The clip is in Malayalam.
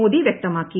മോദി വൃക്തമാക്കി